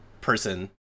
person